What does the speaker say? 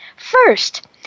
First